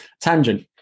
tangent